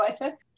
writer